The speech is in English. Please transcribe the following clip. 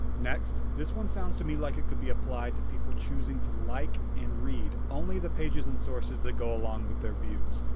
next, this one sounds to me like it could be applied to people choosing to like and read only the pages and sources that go along with their views,